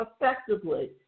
effectively